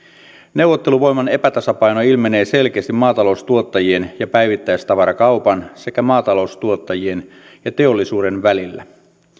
neuvotteluvoiman epätasapaino ilmenee selkeästi maataloustuottajien ja päivittäistavarakaupan sekä maataloustuottajien ja teollisuuden välillä